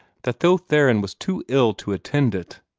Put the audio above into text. that though theron was too ill to attend it,